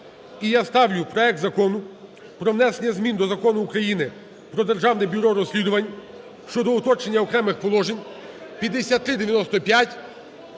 І я ставлю проект Закону про внесення змін до Закону України "Про Державне бюро розслідувань" щодо уточнення окремих положень (5395)